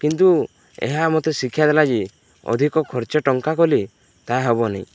କିନ୍ତୁ ଏହା ମୋତେ ଶିକ୍ଷା ଦେଲା ଯେ ଅଧିକ ଖର୍ଚ୍ଚ ଟଙ୍କା କଲି ତାହା ହେବନି